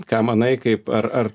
ką manai kaip ar ar